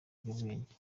ibiyobyabwenge